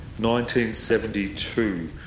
1972